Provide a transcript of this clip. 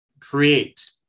Create